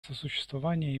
сосуществование